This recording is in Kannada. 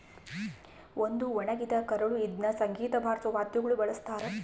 ಒಂದು ಒಣಗಿರ ಕರಳು ಇದ್ನ ಸಂಗೀತ ಬಾರ್ಸೋ ವಾದ್ಯಗುಳ ಬಳಸ್ತಾರ